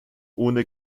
ohne